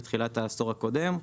בתחילת העשור הקודם,